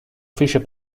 fece